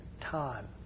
time